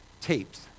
tapes